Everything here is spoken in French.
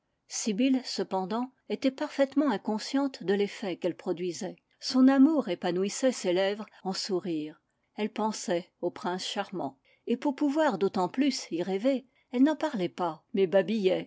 sibyl cependant était parfaitement inconsciente de l'effet qu'elle produisait son amour épanouissait ses lèvres en sourires elle pensait au prince charmant et pour pouvoir d'autant plus y rêver elle n'en parlait pas mais babillait